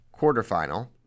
quarterfinal